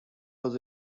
was